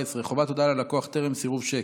14) (חובת הודעה ללקוח טרם סירוב שיק),